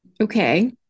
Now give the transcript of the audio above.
Okay